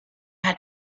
had